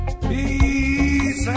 Peace